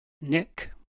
Nick